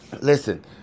listen